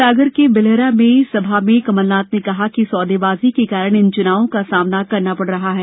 सागर के बिलेहरा में सभा में कमलनाथ ने कहा कि सौदेबाजी के कारण इन च्नावों का सामना करना पड़ रहा है